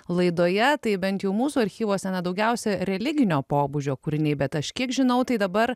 laidoje tai bent jau mūsų archyvuose na daugiausia religinio pobūdžio kūriniai bet aš kiek žinau tai dabar